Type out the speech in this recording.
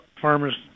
farmers